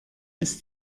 ist